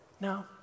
No